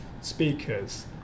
speakers